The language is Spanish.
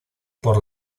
por